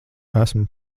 esmu